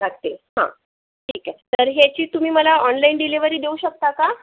लागते हं ठीक आहे तर ह्याची तुम्ही मला ऑनलाइन डिलेवरी देऊ शकता का